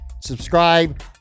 Subscribe